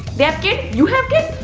they have kid? you have kid?